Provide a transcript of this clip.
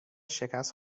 شکست